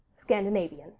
Scandinavian